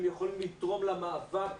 הם יכולים לתרום למאבק,